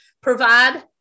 provide